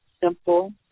simple